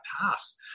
pass